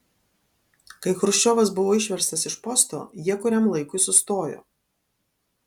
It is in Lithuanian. kai chruščiovas buvo išverstas iš posto jie kuriam laikui sustojo